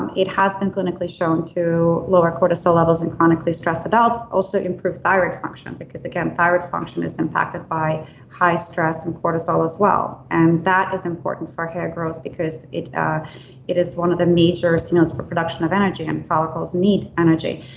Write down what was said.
um it has been clinically shown to lower cortisol levels and clinically stressed adults, also improve thyroid function because, again, thyroid function is impacted by high stress and cortisol as well. and that is important for hair growth because it ah it is one of the major signals for production of energy and follicles need energy.